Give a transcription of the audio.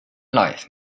life